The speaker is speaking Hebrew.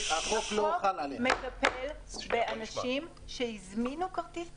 החוק מדבר באנשים שהזמינו כרטיס טיסה.